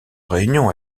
réunion